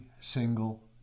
single